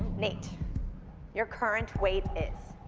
nate your current weight is.